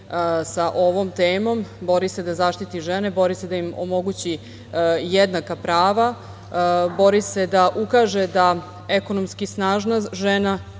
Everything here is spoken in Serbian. sa ovom temom, bori se da zaštiti žene, bori se da im omogući jednaka prava, bori se da ukaže da ekonomski snažna žena,